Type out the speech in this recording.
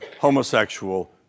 homosexual